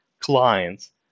clients